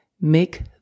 Make